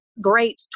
great